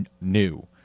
new